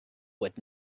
would